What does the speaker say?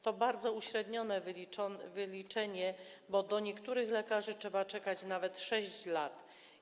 To bardzo uśrednione wyliczenie, bo do niektórych lekarzy trzeba czekać nawet 6 lat.